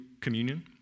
communion